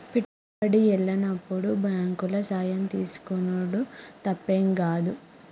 పెట్టుబడి ఎల్లనప్పుడు బాంకుల సాయం తీసుకునుడు తప్పేం గాదు